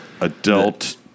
Adult